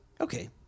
Okay